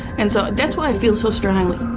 and so that's why i feel so strongly.